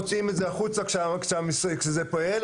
מוציאים את זה החוצה כשזה פועל,